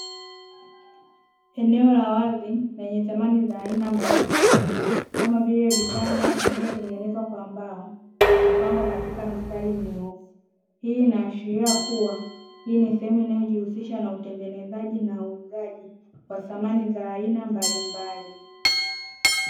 Eneo la wazi lenye samani za aina mbalimbali kama vile vitanda vilivyotengenezwa kwa mbao, na kupangwa katika mstari mnyoofu. Hii inaashiria kuwa hii ni sehemu inayojihusisha na utengenezaji na uuzaji wa samani za aina mbalimbali.